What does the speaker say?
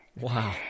Wow